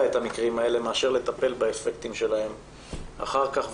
את המקרים האלה מאשר לטפל באפקטים שלהם אחר כך.